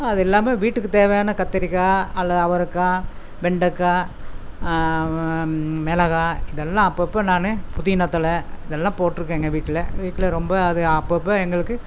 அது இல்லாமல் வீட்டுக்கு தேவையான கத்தரிக்கா அல்லது அவரைக்காய் வெண்டைக்காய் மிளகாய் இதெல்லாம் அப்பப்போ நான் புதினா தழை அதெல்லாம் போட்டுருக்கேங்க வீட்டில் வீட்டில் ரொம்ப அது அப்பப்போ எங்களுக்கு